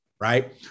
Right